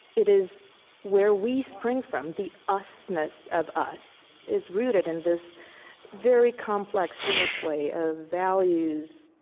it is where we spring from. the us ness of us is rooted in this very complex interplay of values,